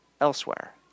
elsewhere